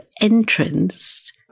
entrance